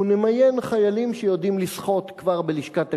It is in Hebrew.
ונמיין חיילים שיודעים לשחות כבר בלשכת הגיוס,